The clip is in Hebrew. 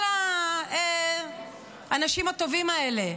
כל האנשים הטובים האלה,